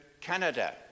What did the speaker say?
Canada